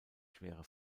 schwere